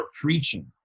preaching